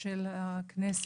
על הכנסת,